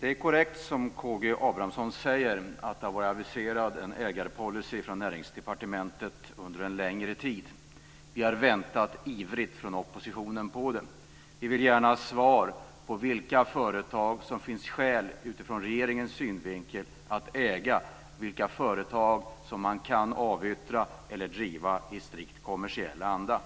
Det är korrekt som K G Abramsson säger att det har varit aviserad en ägarpolicy från Näringsdepartementet under en längre tid. Vi har väntat ivrigt från oppositionen på den. Vi vill gärna ha svar på vilka företag som det utifrån regeringens synvinkel finns skäl att äga, vilka företag som man kan avyttra eller driva i strikt kommersiell anda.